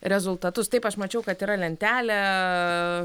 rezultatus taip aš mačiau kad yra lentelė